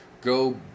go